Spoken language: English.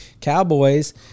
Cowboys